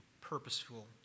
purposeful